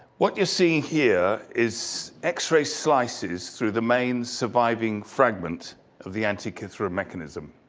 what you see here is x-ray slices through the main surviving fragment of the antikythera mechanism.